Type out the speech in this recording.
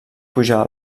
pujar